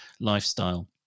lifestyle